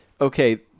okay